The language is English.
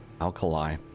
Alkali